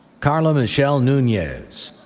carla michelle nunez,